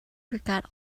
forgot